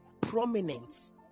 prominence